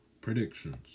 predictions